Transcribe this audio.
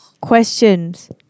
questions